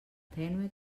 tènue